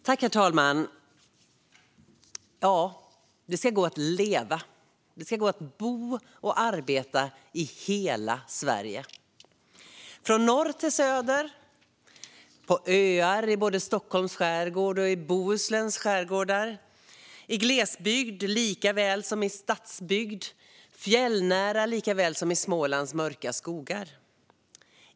Herr talman! Det ska gå att leva, bo och arbeta i hela Sverige - från norr till söder, på öar i både Stockholms skärgård och Bohusläns skärgårdar, i glesbygd likaväl som i stadsbygd, fjällnära likaväl som i Smålands mörka skogar.